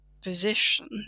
position